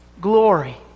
glory